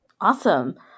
Awesome